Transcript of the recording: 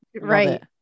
Right